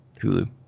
Hulu